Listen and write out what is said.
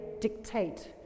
dictate